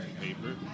paper